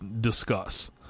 discuss